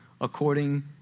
according